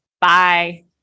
Bye